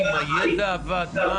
האם הידע עבד?